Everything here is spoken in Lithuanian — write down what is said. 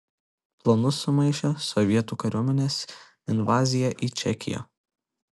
planus sumaišė sovietų kariuomenės invazija į čekiją